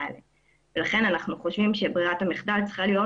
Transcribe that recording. לכן אנחנו חושבים שברירת המחדל צריכה להיות